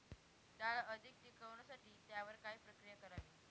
डाळ अधिक टिकवण्यासाठी त्यावर काय प्रक्रिया करावी?